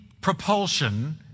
propulsion